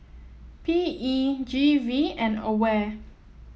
P E G V and Aware